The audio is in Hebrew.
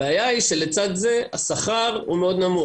הבעיה היא שלצד זה השכר הוא מאוד נמוך.